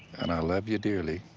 and i love ya dearly.